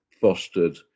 fostered